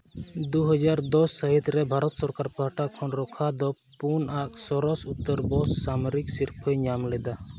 ᱫᱩ ᱦᱟᱡᱟᱨ ᱫᱚᱥ ᱥᱟᱹᱦᱤᱛ ᱨᱮ ᱵᱷᱟᱨᱚᱛ ᱥᱚᱨᱠᱟᱨ ᱯᱟᱦᱴᱟ ᱠᱷᱚᱱ ᱫᱚ ᱯᱩᱱ ᱟᱜ ᱥᱚᱨᱚᱥ ᱩᱛᱟᱹᱨ ᱵᱚᱥ ᱥᱟᱢᱨᱤᱠ ᱥᱤᱨᱯᱟᱹᱭ ᱧᱟᱢ ᱞᱮᱫᱟ